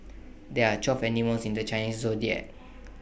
there are twelve animals in the Chinese Zodiac